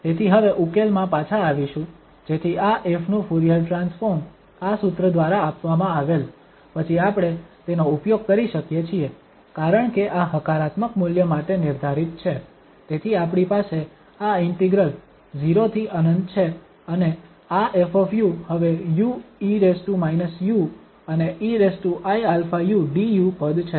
તેથી હવે ઉકેલમાં પાછા આવીશું જેથી આ 𝑓 નું ફુરીયર ટ્રાન્સફોર્મ આ સૂત્ર દ્વારા આપવામાં આવેલ પછી આપણે તેનો ઉપયોગ કરી શકીએ છીએ કારણ કે આ હકારાત્મક મૂલ્ય માટે નિર્ધારિત છે તેથી આપણી પાસે આ ઇન્ટિગ્રલ 0 થી ∞ છે અને આ 𝑓 હવે ue u અને eiαu du પદ છે